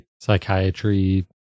psychiatry